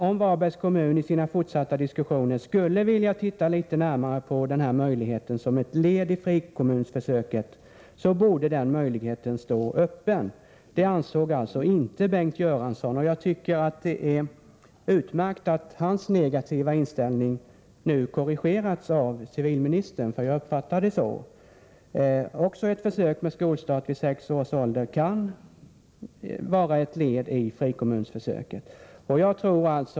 Om Varbergs kommun i fortsättningen skulle vilja titta närmare på en tidigare skolstart som ett led i frikommunsförsöket, borde den möjligheten stå öppen. Men det ansåg alltså inte Bengt Göransson. Jag tycker det är utmärkt att hans negativa inställning nu korrigeras av civilministern — jag uppfattar det nämligen så. Också ett försök med skolstart vid sex års ålder kan vara ett led i frikommunsförsöket.